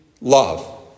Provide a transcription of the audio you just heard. love